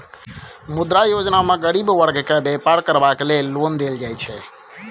मुद्रा योजना मे गरीब बर्ग केँ बेपार करबाक लेल लोन देल जाइ छै